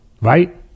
right